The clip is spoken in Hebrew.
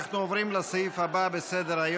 אנחנו עוברים לסעיף הבא בסדר-היום,